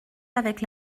avec